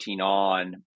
on